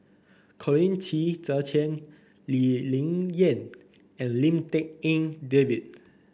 Colin Qi Zhe Quan Lee Ling Yen and Lim Tik En David